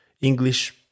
English